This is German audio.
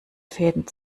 fäden